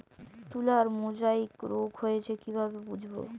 তুলার মোজাইক রোগ হয়েছে কিভাবে বুঝবো?